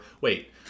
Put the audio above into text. Wait